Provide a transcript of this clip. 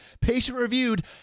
patient-reviewed